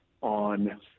on